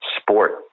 sport